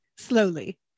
slowly